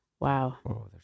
Wow